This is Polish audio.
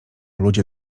ludzie